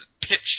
pitch